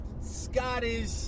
Scottish